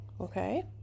Okay